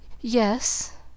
Yes